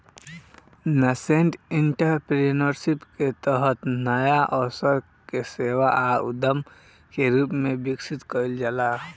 nascent entrepreneurship के तहत नाया अवसर के सेवा आ उद्यम के रूप में विकसित कईल जाला